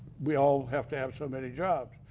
we all have to have so many jobs.